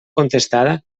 contestada